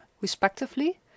respectively